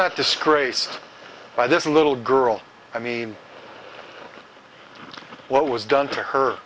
not disgraced by this little girl i mean what was done to her